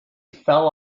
fell